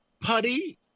Putty